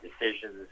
decisions